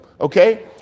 Okay